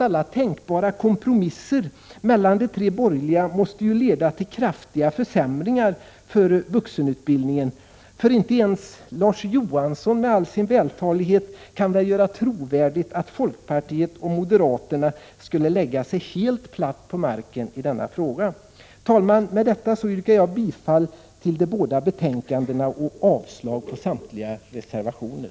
Alla tänkbara kompromisser mellan de borgerliga partierna måste ju leda till krafiga försämringar för vuxenutbildningen. Inte ens Larz Johansson kan väl med all sin vältalighet göra trovärdigt att folkpartiet och moderaterna skulle lägga sig helt platt på marken i denna fråga. Herr talman! Med detta yrkar jag bifall till utskottets hemställan i de båda betänkandena och avslag på samtliga reservationer.